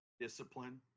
Discipline